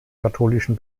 katholischen